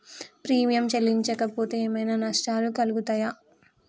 Premium చెల్లించకపోతే ఏమైనా నష్టాలు కలుగుతయా?